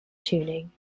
tuning